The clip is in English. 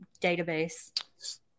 database